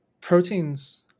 proteins